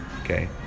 okay